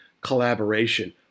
collaboration